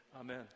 Amen